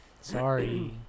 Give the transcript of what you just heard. Sorry